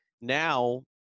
now